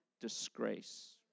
disgrace